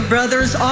Brothers